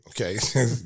okay